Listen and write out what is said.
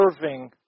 serving